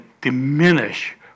diminish